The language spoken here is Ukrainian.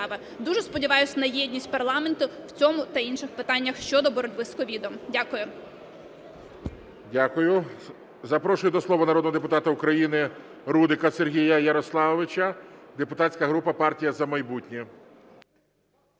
Дуже сподіваюсь на єдність парламенту в цьому та інших питаннях щодо боротьби з COVID. Дякую.